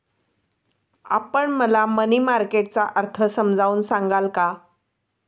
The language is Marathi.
आपण मला मनी मार्केट चा अर्थ समजावून सांगाल का?